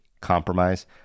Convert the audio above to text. compromise